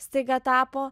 staiga tapo